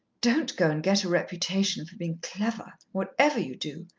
don't go and get a reputation for being clever, whatever you do.